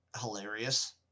hilarious